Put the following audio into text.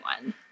one